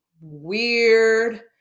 weird